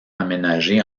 aménagée